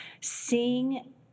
Seeing